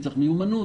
צריך מיומנות.